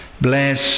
Bless